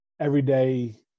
everyday